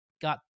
got